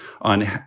on